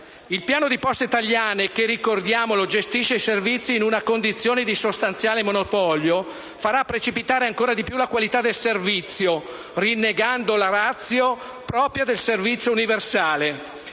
Il piano di Poste italiane che - ricordiamolo - gestisce i servizi in una condizione di sostanziale monopolio, farà precipitare ancor di più la qualità del servizio, rinnegando la *ratio* propria del servizio universale.